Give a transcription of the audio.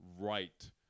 right